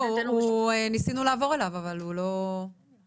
לא, ניסינו לעבור אליו, אבל הוא לא מגיב.